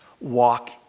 walk